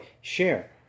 Share